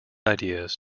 ideas